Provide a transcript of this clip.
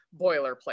boilerplate